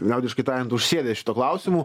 liaudiškai tariant užsėdę šituo klausimu